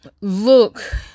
look